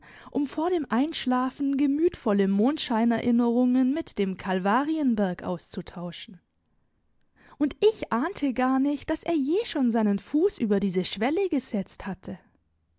um vor dem einschlafen gemütvolle mondscheinerinnerungen mit dem kalvarienberg auszutauschen und ich ahnte gar nicht daß er je schon seinen fuß über diese schwelle gesetzt hatte